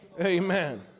Amen